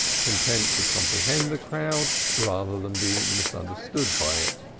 content to comprehend the crowd rather than be misunderstood by it.